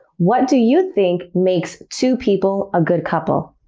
what do you think makes two people a good couple?